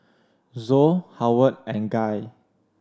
Zoe Howard and Guy